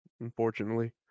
Unfortunately